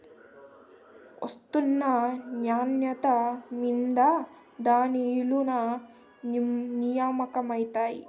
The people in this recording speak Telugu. ఒస్తున్న నాన్యత మింద దాని ఇలున నిర్మయమైతాది